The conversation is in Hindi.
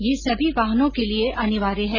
यह सभी वाहनों के लिए अनिवार्य है